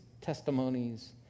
testimonies